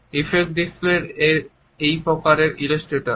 effect display এক প্রকারের Illustrator